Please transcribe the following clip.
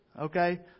okay